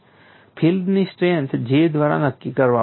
ફીલ્ડની strength J દ્વારા નક્કી કરવામાં આવે છે